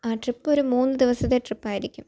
ആ ട്രിപ്പൊരു മൂന്ന് ദിവസത്തെ ട്രിപ്പായിരിക്കും